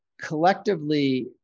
collectively